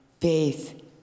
faith